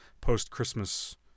post-Christmas